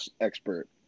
expert